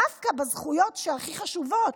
דווקא בזכויות שהכי חשובות,